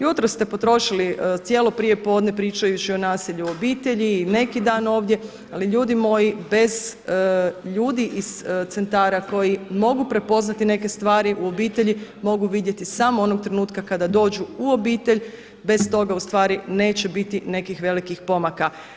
Jutros ste potrošili cijelo prijepodne pričajući o nasilju u obitelji i neki dan ovdje, ali ljudi moji bez ljudi iz centara koji mogu prepoznati neke stvari u obitelji mogu vidjeti samo onog trenutka kada dođu u obitelj, bez toga neće biti nekih velikih pomaka.